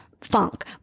funk